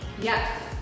Yes